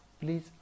please